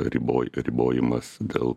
riboj ribojimas dėl